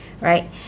right